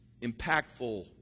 impactful